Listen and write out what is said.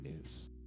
news